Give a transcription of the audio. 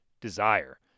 desire